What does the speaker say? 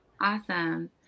Awesome